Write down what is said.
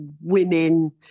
women